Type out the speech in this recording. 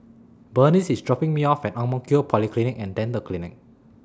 Bernice IS dropping Me off At Ang Mo Kio Polyclinic and Dental Clinic